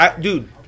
dude